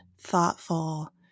thoughtful